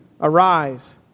arise